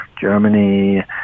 Germany